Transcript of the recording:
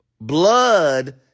Blood